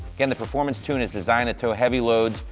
again, the performance tune is designed to tow heavy loads,